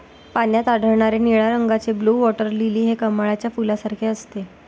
पाण्यात आढळणारे निळ्या रंगाचे ब्लू वॉटर लिली हे कमळाच्या फुलासारखे असते